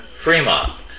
Fremont